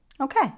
Okay